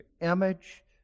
image